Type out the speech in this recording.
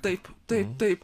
taip taip taip